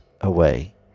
away